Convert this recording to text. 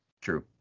True